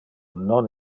non